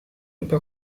über